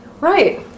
Right